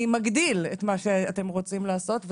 אף מגדיל את מה שאנחנו רוצים לעשות.